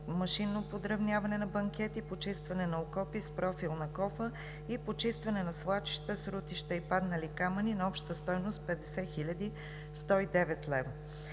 машинно подравняване на банкети и почистване на окопи с профилна кофа и почистване на свлачища, срутища и паднали камъни – на обща стойност 50 109 лв.